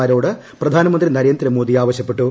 മാരോട് പ്രധാനമന്ത്രി നരേന്ദ്രമോദി ആവശ്യപ്പെട്ടു